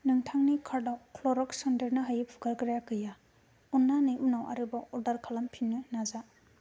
नोंथांनि कार्ट आव क्ल'रेक्स सन्देरनो हायि फुगारग्राया गैया अननानै उनाव आरोबाव अर्डार लामफिननो नाजा